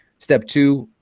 step two,